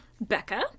Becca